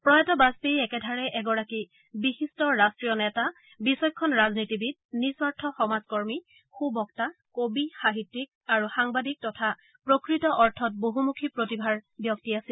প্ৰয়াত বাজপেয়ী একেধাৰে এগৰাকী বিশিট্ট ৰাট্টীয় নেতা বিচক্ষণ ৰাজনীতিবিদ নিস্বাৰ্থ সমাজকৰ্মী সু বক্তা কবি সাহিত্যিক আৰু সাংবাদিক তথা প্ৰকৃত অৰ্থত বহুমুখী প্ৰতিভাৰ ব্যক্তি আছিল